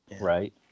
Right